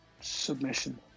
submission